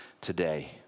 today